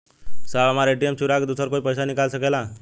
साहब हमार ए.टी.एम चूरा के दूसर कोई पैसा निकाल सकेला?